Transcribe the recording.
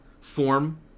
form